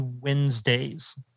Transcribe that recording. Wednesdays